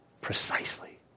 precisely